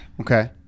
Okay